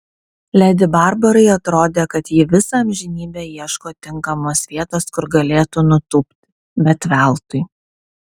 ledi barbarai atrodė kad ji visą amžinybę ieško tinkamos vietos kur galėtų nutūpti bet veltui